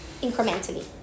incrementally